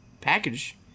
package